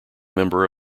member